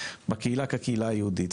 בקהילה כקהילה היהודית.